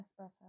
Espresso